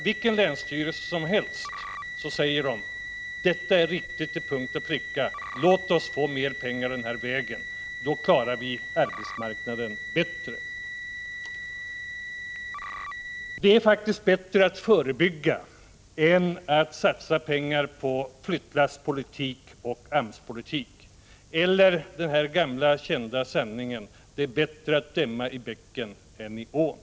Vilken länsstyrelse som helst som man frågar säger: Detta är riktigt till punkt och pricka. Låt oss få mera pengar denna väg, för då klarar vi arbetsmarknaden bättre. Det är bättre att förebygga än att satsa pengar på flyttlasspolitik och AMS-politik, eller som den gamla kända talespråket lyder: Det är bättre att stämma i bäcken än i ån.